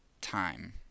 time